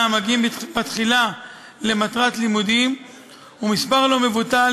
המגיעים בתחילה למטרת לימודים ומספר לא מבוטל